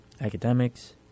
academics